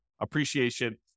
appreciation